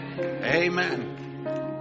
Amen